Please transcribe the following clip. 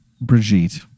Brigitte